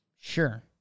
Sure